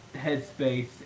headspace